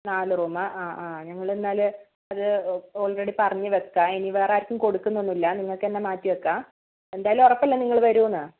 നാല് റൂം ആണോ ആ ആ ഞങ്ങൾ എന്നാൽ അത് ആൾറെഡി പറഞ്ഞ് വയ്ക്കാം ഇനി വേറെ ആർക്കും കൊടുക്കുന്നൊന്നുമില്ല നിങ്ങൾക്ക് തന്നെ മാറ്റി വയ്ക്കാം എന്തായാലും ഉറപ്പല്ലേ നിങ്ങൾ വരും എന്ന്